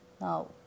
Now